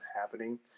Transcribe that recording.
happening